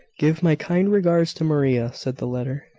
give my kind regards to maria, said the letter,